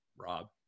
Rob